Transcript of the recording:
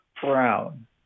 brown